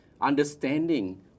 understanding